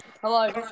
Hello